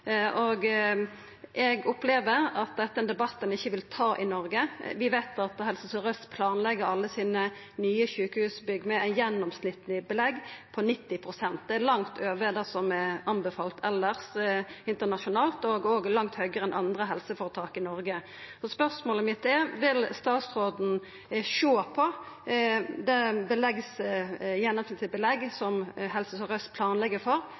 Eg opplever at dette er ein debatt ein ikkje vil ta i Noreg. Vi veit at Helse Sør-Aust planlegg alle sine nye sjukehusbygg med gjennomsnittleg belegg på 90 pst. Det er langt over det som ein elles anbefaler internasjonalt, og er langt høgare enn i andre helseføretak i Noreg. Spørsmålet mitt er: Vil statsråden sjå på det gjennomsnittlege belegget som Helse Sør-Aust planlegg for,